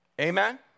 Amen